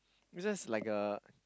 it's just like a